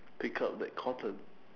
pick up that cotton